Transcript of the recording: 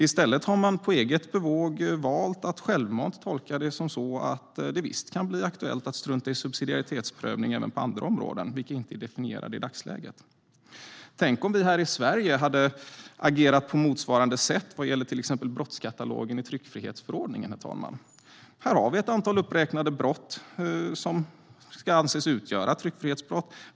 I stället har man på eget bevåg valt att självmant tolka det som så att det visst kan bli aktuellt att strunta i subsidiaritetsprövningen även på andra områden, vilka inte är definierade i dagsläget. Tänk om vi här i Sverige hade agerat på motsvarande sätt vad gäller till exempel brottskatalogen i tryckfrihetsförordningen, herr talman! Här har vi ett antal uppräknade brott som ska anges utgöra tryckfrihetsbrott.